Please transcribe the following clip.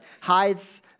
hides